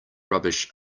rubbish